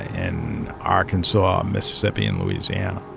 in arkansas, um mississippi and louisiana